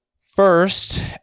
first